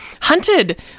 hunted